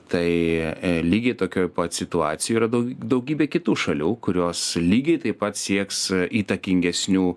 tai lygiai tokioj pat situacijoj yra daug daugybė kitų šalių kurios lygiai taip pat sieks įtakingesnių